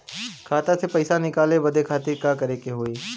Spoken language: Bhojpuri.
खाता से पैसा निकाले बदे का करे के होई?